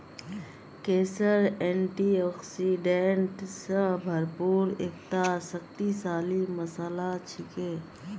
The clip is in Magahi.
केसर एंटीऑक्सीडेंट स भरपूर एकता शक्तिशाली मसाला छिके